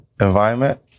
environment